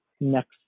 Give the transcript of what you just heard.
next